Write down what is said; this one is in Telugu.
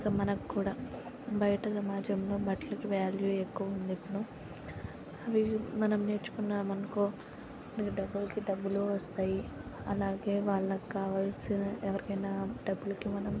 ఇంక మనకి కూడా బయట సమాజంలో బట్టలకి వ్యాల్యూ ఎక్కువ ఉంది ఇప్పుడు అవి మనం నేర్చుకున్నామనుకో మనకు డబ్బులుకి డబ్బులు వస్తాయి అలాగే వాళ్ళకి కావాలసిన ఎవరికైనా డబ్బులకి మనం